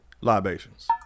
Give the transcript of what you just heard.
libations